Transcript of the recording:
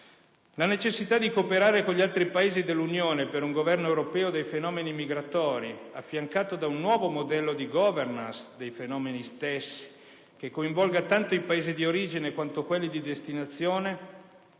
La necessità di cooperare con gli altri Paesi dell'Unione per un governo europeo dei fenomeni migratori, affiancato da un nuovo modello di *governance* dei fenomeni stessi, che coinvolga tanto i Paesi di origine quanto quelli di destinazione,